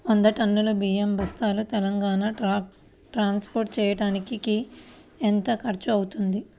వంద టన్నులు బియ్యం బస్తాలు తెలంగాణ ట్రాస్పోర్ట్ చేయటానికి కి ఎంత ఖర్చు అవుతుంది?